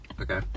Okay